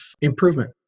improvement